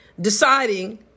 deciding